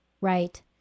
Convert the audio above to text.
Right